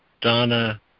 Donna